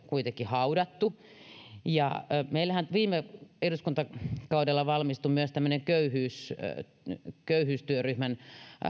kuitenkin haudattu meillähän viime eduskuntakaudella valmistui myös tämmöinen köyhyystyöryhmän